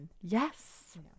yes